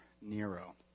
Nero